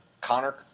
Connor